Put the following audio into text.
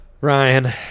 Ryan